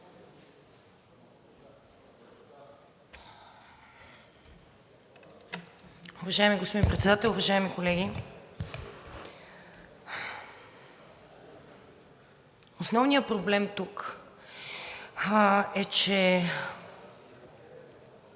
основният проблем тук е, че